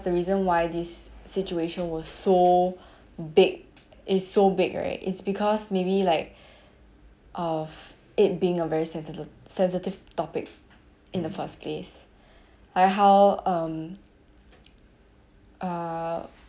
the reason why this situation was so big it's so big right is because maybe like of it being a very sensit~ sensitive topic in the first place like how um err